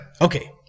Okay